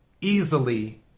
easily